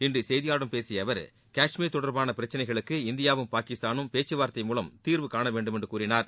இன்று செய்தியாளர்களிடம் பேசிய அவர் காஷ்மீர் தொடர்பான பிரச்சனைகளுக்கு இந்தியாவும் பாகிஸ்தானும் பேச்சுவார்த்தை மூலம் தீர்வுகாண வேண்டும் என்று கூறினார்